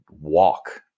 walk